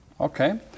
Okay